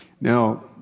Now